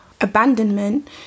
abandonment